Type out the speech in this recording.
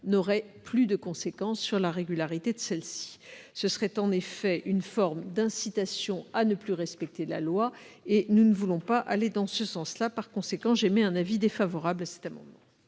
n'aurait plus de conséquences sur la régularité de celle-ci. Ce serait en effet une forme d'incitation à ne plus respecter la loi et nous ne voulons pas aller dans ce sens-là. C'est pourquoi j'émets un avis défavorable sur cet amendement.